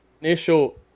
initial